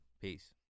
peace